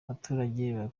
abaturage